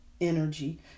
energy